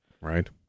Right